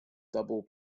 double